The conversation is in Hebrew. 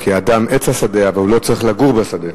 "כי האדם עץ השדה", אבל הוא לא צריך לגור בשדה.